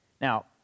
now